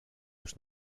już